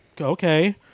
okay